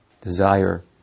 Desire